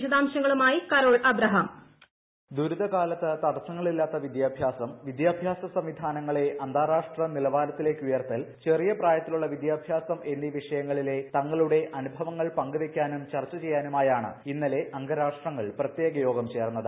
വിശദാംശങ്ങളുമായി കരോൾ അബ്രഹാം വോയിസ് ദുരിത കാലത്ത് തടസ്സങ്ങൾ ഇല്ലാത്ത വിദ്യാഭ്യാസം വിദ്യാഭ്യാസ സംവിധാനങ്ങളെ അന്താരാഷ്ട്ര നിലവാരത്തിലേക്ക് ഉയർത്തൽ ചെറിയ പ്രായത്തിലുള്ള വിദ്യാഭ്യാസം എന്നീ വിഷയങ്ങളിലെ തങ്ങളുടെ അനുഭവങ്ങൾ പങ്കുവയ്ക്കാനും ചർച്ചചെയ്യാനും ആയാണ് ഇന്നലെ അംഗരാഷ്ട്രങ്ങൾ പ്രത്യേക യോഗം ചേർന്നത്